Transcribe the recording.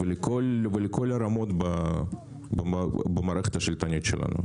ולכול הרמות במערכת השלטונית שלנו.